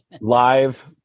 live